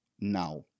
now